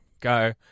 go